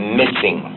missing